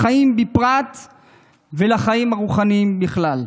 לחיים בפרט ולחיים הרוחניים בכלל.